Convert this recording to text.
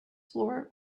floor